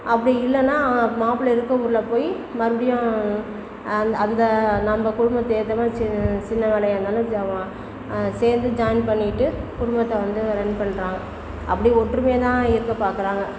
அப்படி இல்லைன்னா மாப்பிள்ள இருக்க ஊரில் போய் மறுபடியும் அந் அந்த நம்ம குடும்பத்துக்கு ஏற்ற மாதிரி சின்னு சின்ன வேலையாக இருந்தாலும் ஜா வா சேர்ந்து ஜாயின் பண்ணிகிட்டு குடும்பத்தை வந்து ரன் பண்ணுறாங்க அப்படி ஒற்றுமையாக தான் இருக்க பார்க்கறாங்க